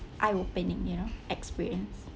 eye-opening you know experience